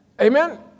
Amen